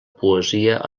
poesia